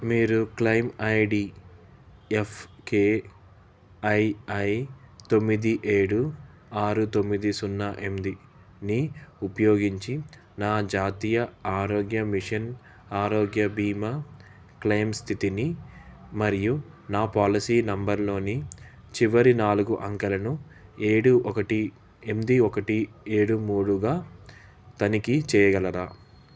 మీరు claim I D F K I I తొమ్మిది ఏడు ఆరు తొమ్మిది సున్నా ఎనిమిదినీ ఉపయోగించి నా జాతీయ ఆరోగ్య మిషన్ ఆరోగ్య బీమా క్లెయిమ్ స్థితిని మరియు నా పాలసీ నెంబర్లోని చివరి నాలుగు అంకెలను ఏడు ఒకటి ఎనిమిది ఒకటి ఏడు మూడుగా తనిఖీ చేయగలరా